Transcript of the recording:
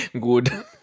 Good